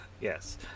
Yes